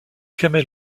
kamel